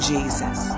Jesus